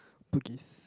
Bugis